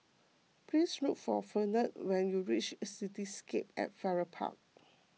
please look for Fernand when you reach Cityscape at Farrer Park